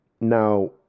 now